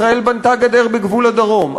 ישראל בנתה גדר בגבול הדרום,